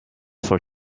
for